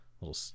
little